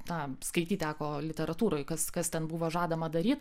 tam skaityt teko literatūroj kas kas ten buvo žadama daryt